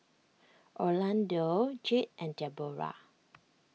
Orlando Jade and Deborah